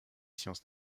sciences